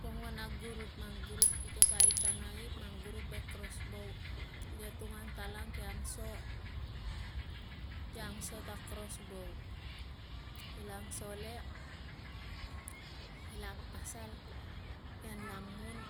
Pongua na gurup mon gurup kite pait ta naip man gurup ve krosbow kite tung ang talang ki angso kiangso ta krosbow kila angsole kila a pasal kian la mun